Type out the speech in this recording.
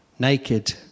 naked